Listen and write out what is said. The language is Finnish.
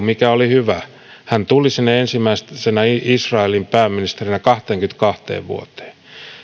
mikä oli hyvä hän tuli sinne ensimmäisenä israelin pääministerinä kahteenkymmeneenkahteen vuoteen